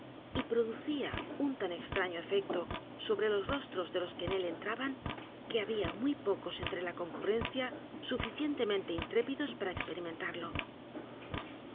y producía u n tan extraño efecto sobre los rostros de los que en él entraban que había muy pocos entre la concurrencia suficientemente intrépidos p